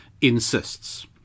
insists